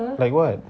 like what